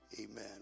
amen